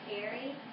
scary